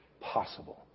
possible